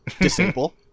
Disable